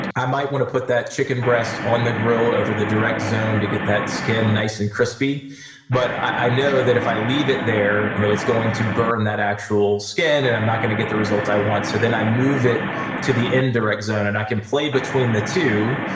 i might wanna put that chicken breast on the grill over the direct zone to get that skin nice and crispy but i know that if i leave it there, you know it's going to burn that actual skin and i'm not gonna get the result i want. so then i move it to the indirect zone and i can play between the two,